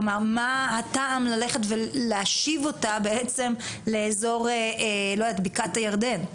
מה הטעם ללכת ולהשיב אותה בעצם לאזור בקעת הירדן,